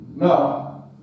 No